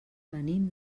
venim